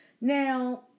Now